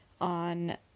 on